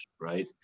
right